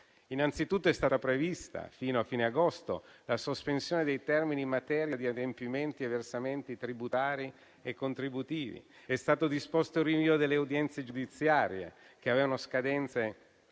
Innanzitutto è stata prevista, fino a fine agosto, la sospensione dei termini in materia di adempimenti e versamenti tributari e contributivi. È stato disposto il rinvio delle udienze giudiziarie che avevano scadenze